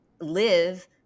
live